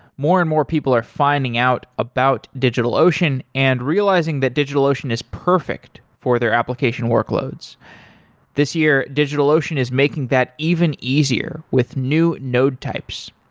more and more, people are finding out about digitalocean and realizing that digitalocean is perfect for their application workloads this year, digitalocean is making that even easier with new node types.